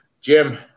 Jim